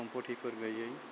समफथिफोर गैयै